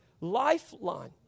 lifeline